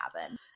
happen